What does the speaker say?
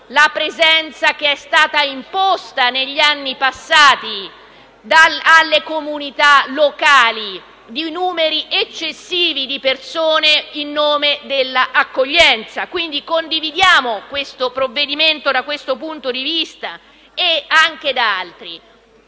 la presenza che è stata imposta negli anni passati alle comunità locali di numeri eccessivi di extracomunitari in nome della accoglienza. Quindi, condividiamo il provvedimento da questo come da altri